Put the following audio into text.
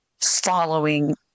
following